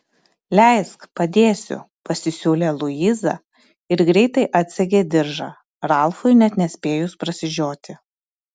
leisk padėsiu pasisiūlė luiza ir greitai atsegė diržą ralfui net nespėjus prasižioti